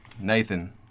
Nathan